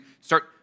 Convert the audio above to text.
start